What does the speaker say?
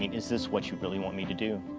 is this what you really want me to do?